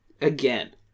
Again